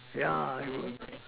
yeah you would